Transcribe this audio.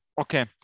Okay